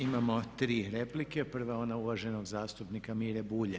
Imamo 3 replike, prva je ona uvaženog zastupnika Mire Bulja.